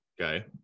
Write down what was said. okay